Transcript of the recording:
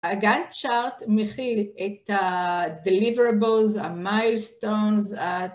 אגן צ'ארט מכיל את ה-deliverables, המיילסטונס,